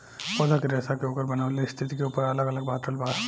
पौधा के रेसा के ओकर बनेवाला स्थिति के ऊपर अलग अलग बाटल बा